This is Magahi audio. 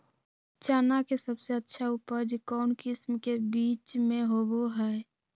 चना के सबसे अच्छा उपज कौन किस्म के बीच में होबो हय?